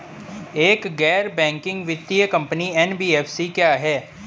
एक गैर बैंकिंग वित्तीय कंपनी एन.बी.एफ.सी क्या है?